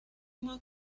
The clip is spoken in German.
immer